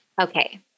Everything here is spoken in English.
Okay